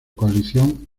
coalición